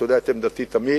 אתה יודע את עמדתי תמיד,